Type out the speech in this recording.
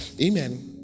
Amen